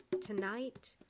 Tonight